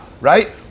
right